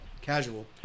casual